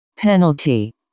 Penalty